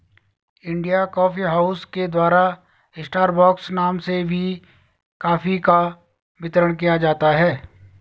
India coffee house के द्वारा Starbucks नाम से भी कॉफी का वितरण किया जाता है